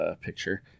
picture